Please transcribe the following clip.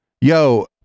Yo